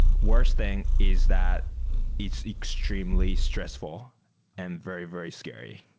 worse thing is that it's extremely stressful and very, very scary.